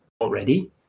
already